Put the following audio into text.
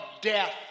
death